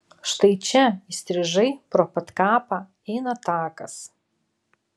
štai čia įstrižai pro pat kapą eina takas